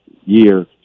year